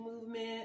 movement